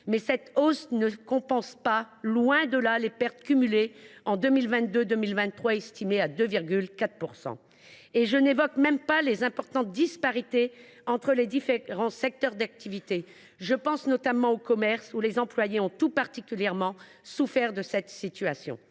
cette hausse ne compense pas – loin de là !– les pertes cumulées en 2022 et en 2023, estimées à 2,4 %. Et je n’évoque même pas les importantes disparités entre les différents secteurs d’activité : je pense notamment au commerce, où les employés ont tout particulièrement souffert de la situation.